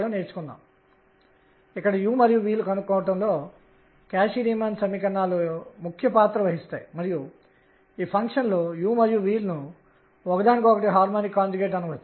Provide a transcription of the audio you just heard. నిజానికి k minus 2 నేను చూపిస్తే అది ఇలా ఉంటుంది మరియు కోణీయ ద్రవ్యవేగం కంటే పెద్దదిగా ఉంటుంది